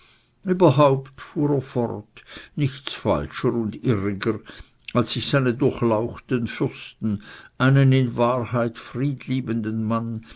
überhaupt fuhr er fort nichts falscher und irriger als sich seine durchlaucht den fürsten einen in wahrheit friedliebenden mann